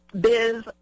Biz